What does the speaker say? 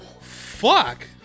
Fuck